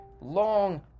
long